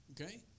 Okay